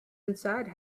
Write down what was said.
inside